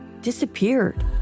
disappeared